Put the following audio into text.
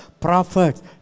prophets